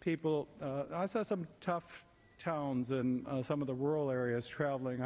people i saw some tough towns and some of the rural areas traveling